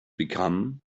become